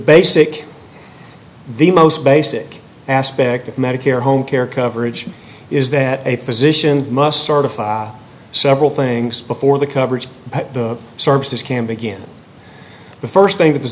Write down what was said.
basic the most basic aspect of medicare home care coverage is that a physician must certify several things before the coverage the services can begin the first thing th